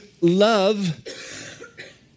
love